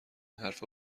حرفا